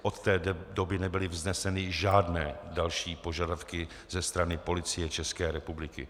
Od té doby nebyly vzneseny žádné další požadavky ze strany policie České republiky.